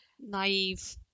naive